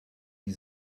wie